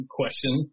question